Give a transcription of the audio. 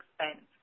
expense